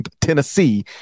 Tennessee